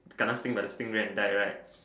kena sting by the stingray and dead right